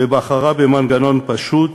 ובחרה במנגנון פשוט